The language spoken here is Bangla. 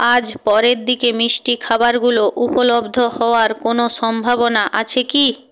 আজ পরের দিকে মিষ্টি খাবারগুলো উপলব্ধ হওয়ার কোনও সম্ভাবনা আছে কি